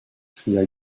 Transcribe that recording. cria